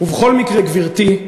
ובכל מקרה, גברתי,